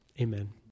Amen